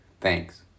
Thanks